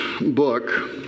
book